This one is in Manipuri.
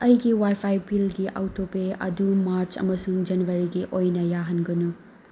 ꯑꯩꯒꯤ ꯋꯥꯏꯐꯥꯏ ꯕꯤꯜꯒꯤ ꯑꯣꯇꯣ ꯄꯦ ꯑꯗꯨ ꯃꯥꯔꯆ ꯑꯃꯁꯨꯡ ꯖꯅꯋꯥꯔꯤꯒꯤ ꯑꯣꯏꯅ ꯌꯥꯍꯟꯒꯅꯨ